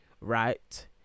right